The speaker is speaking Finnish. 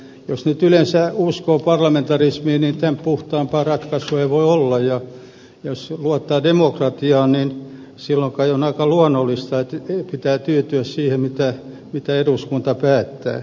jos nyt yleensä uskoo parlamentarismiin niin tämän puhtaampaa ratkaisua ei voi olla ja jos luottaa demokratiaan niin silloin kai on aika luonnollista että pitää tyytyä siihen mitä eduskunta päättää